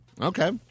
Okay